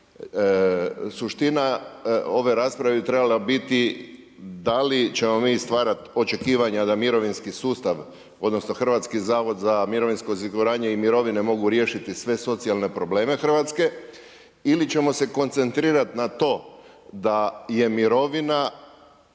Suština ove rasprave bi trebala biti da li ćemo mi stvarati očekivanja da mirovinski sustav, odnosno Hrvatski zavod za mirovinsko osiguranje i mirovine mogu riješiti sve socijalne probleme Hrvatske ili ćemo se koncentrirat na to da je mirovina